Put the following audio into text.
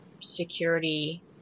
security